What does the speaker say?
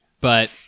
But-